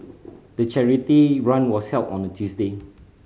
the charity run was held on a Tuesday